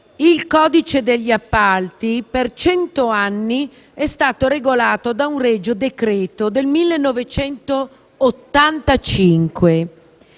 il codice degli appalti per cento anni è stato regolato da un regio decreto del 1985.